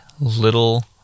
little